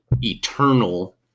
eternal